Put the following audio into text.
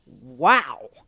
Wow